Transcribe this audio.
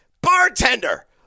bartender